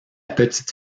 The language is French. petite